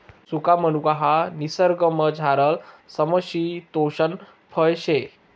सुका मनुका ह्या निसर्गमझारलं समशितोष्ण फय शे